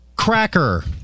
Cracker